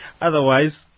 otherwise